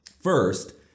first